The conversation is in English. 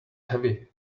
heavy